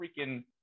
freaking